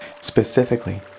specifically